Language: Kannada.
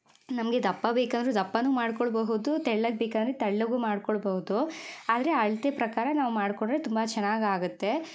ನಮಗೆ ದಪ್ಪ ಬೇಕಾದರೂ ದಪ್ಪಾನೂ ಮಾಡ್ಕೊಳ್ಳಬಹುದು ತೆಳ್ಳಗೆ ಬೇಕಾದರೆ ತೆಳ್ಳಗೂ ಮಾಡ್ಕೊಳ್ಳಬಹುದು ಆದರೆ ಅಳತೆ ಪ್ರಕಾರ ನಾವು ಮಾಡಿಕೊಂಡ್ರೆ ತುಂಬ ಚೆನ್ನಾಗಾಗತ್ತೆ